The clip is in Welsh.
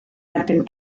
erbyn